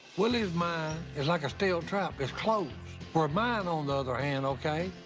willie's mind is like a steel trap. it's closed. where mine on the other hand, okay,